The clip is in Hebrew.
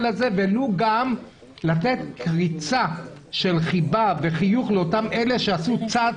הזה ולו גם לתת קריצה של חיבה וחיוך לאותם אלה שעשו צעד